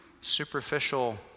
superficial